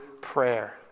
prayer